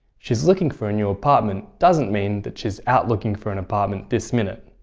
she's looking for a new apartment doesn't mean that she's out looking for an apartment this minute.